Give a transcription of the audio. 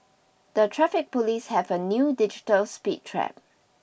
the Traffic Police have a new digital speed trap